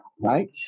right